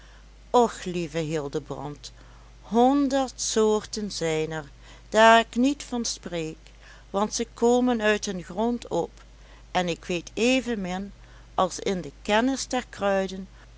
och lieve hildebrand honderd soorten zijn er daar ik niet van spreek want ze komen uit den grond op en ik weet evenmin als in de kennis der kruiden